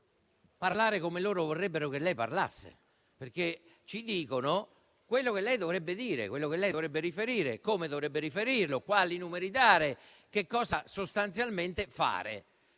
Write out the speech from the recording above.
parlare come loro vorrebbero che lei parlasse. Ci dicono, infatti, quello che lei dovrebbe dire, quello che lei dovrebbe riferire, come dovrebbe riferirlo, quali numeri dare, che cosa sostanzialmente fare.